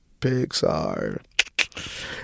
Pixar